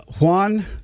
Juan